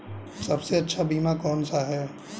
सबसे अच्छा बीमा कौन सा है?